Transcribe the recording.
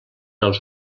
els